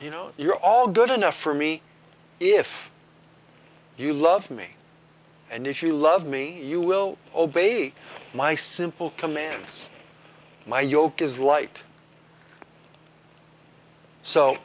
you know you're all good enough for me if you love me and if you love me you will obey my simple commands my yoke is light so